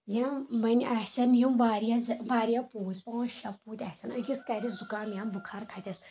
یِم ؤنۍ آسَن یِم واریاہ واریاہ پوٗتۍ پانٛژھ شیٚے پوٗتۍ آسَن أکِس کَرِ زُکام یا بُخار کھسیٚس